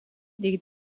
des